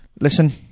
listen